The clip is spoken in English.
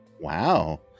Wow